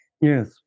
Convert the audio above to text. Yes